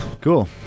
cool